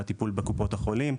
והטיפול בקופות החולים,